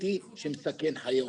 בטיחותי שמסכן חיי עובדים.